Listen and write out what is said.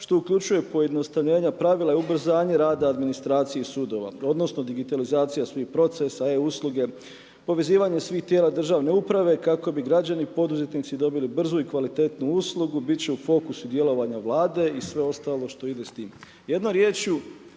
što uključuje pojednostavljenja pravila i ubrzanje rada administracije i sudova, odnosno digitalizacija svih procesa, e-usluge, povezivanje svih tijela državne uprave kako bi građani poduzetnici dobili brzu i kvalitetnu uslugu. Bit će u fokusu djelovanja Vlade i sve ostalo što ide s tim. Jednom riječju,